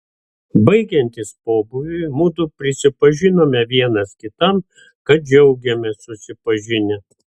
baigiantis pobūviui mudu prisipažinome vienas kitam kad džiaugėmės susipažinę